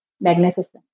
magnificent